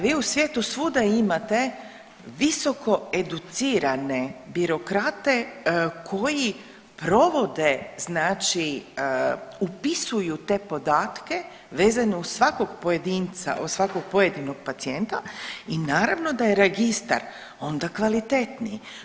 Vi u svijetu svuda imate visoko educirane birokrate koji provode znači upisuju te podatke vezano uz svakog pojedinca, uz svakog pojedinog pacijenta i naravno da je registar onda kvalitetniji.